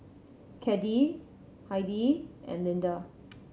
Caddie Heidi and Lynda